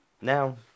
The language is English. now